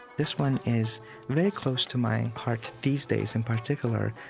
this one is very close to my heart these days in particular,